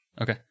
Okay